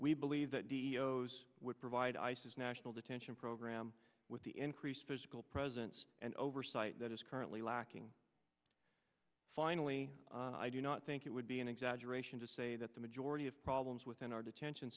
we believe that dio's would provide isis national detention program with the increased physical presence and oversight that is currently lacking finally i do not think it would be an exaggeration to say that the majority of problems within our detention